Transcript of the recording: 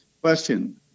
Question